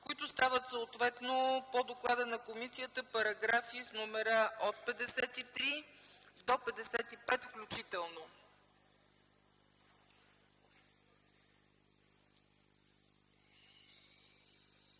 които стават съответно по доклада на комисията параграфи с номера от 53 до 55 включително.